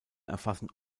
erfassen